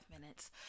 minutes